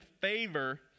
favor